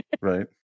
right